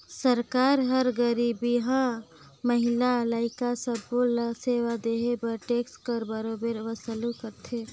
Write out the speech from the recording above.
सरकार हर गरीबहा, महिला, लइका सब्बे ल सेवा देहे बर टेक्स कर बरोबेर वसूली करथे